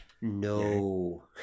No